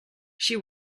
she